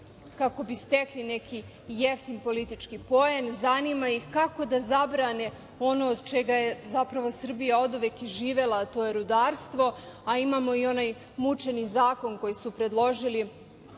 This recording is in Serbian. kako bi stekli neki jeftin politički poen. Zanima ih kako da zabrane ono od čega je zapravo Srbija oduvek i živela, a to je rudarstvo, a imamo i onaj mučeni zakon koji su predložili,